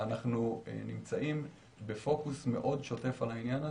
אנחנו נמצאים בפוקוס מאוד שוטף על העניין הזה.